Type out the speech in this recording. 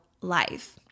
life